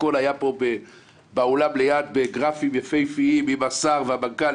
הכול היה באולם ליד בגרפים יפהפיים עם השר והמנכ"ל,